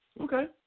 Okay